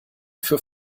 für